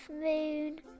moon